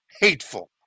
hateful